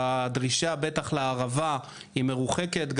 והדרישה, בטח לערבה, היא מרוחקת.